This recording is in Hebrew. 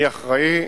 אני אחראי,